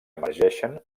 emergeixen